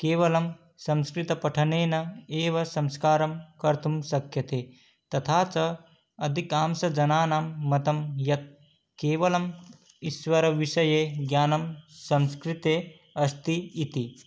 केवलं संस्कृतपठनेन एव संस्कारं कर्तुं शक्यते तथा च अधिकांशजनानां मतं यत् केवलम् ईश्वरविषये ज्ञानं संस्कृते अस्ति इति